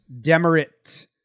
Demerit